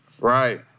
Right